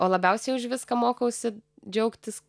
o labiausiai už viską mokausi džiaugtis